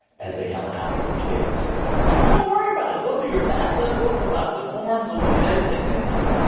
as they helicopter their kids, are kind of like don't worry about it. we'll do your fafsa. we'll fill out the forms. we'll do this and then, like,